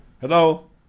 Hello